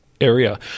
area